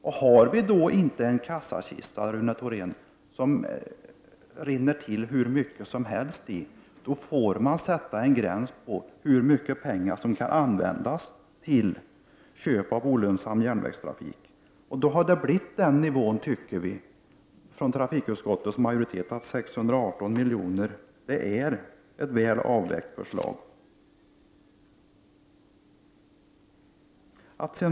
Och har vi då inte, Rune Thorén, en kassakista där det rinner till hur mycket som helst, då får man sätta en gräns för hur mycket pengar som kan användas till köp av olönsam järnvägstrafik. Och då tycker vi från trafikutskottets majoritet att nivån 618 miljoner kronor innebär ett väl avvägt förslag.